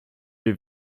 wir